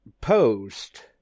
post